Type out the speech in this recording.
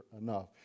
enough